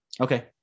Okay